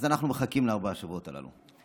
אז אנחנו מחכים לארבעת השבועות הללו.